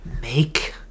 make